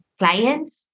clients